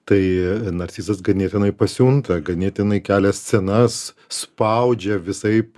tai narcizas ganėtinai pasijunta ganėtinai kelia scenas spaudžia visaip